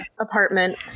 apartment